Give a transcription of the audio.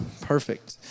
perfect